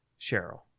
Cheryl